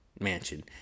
mansion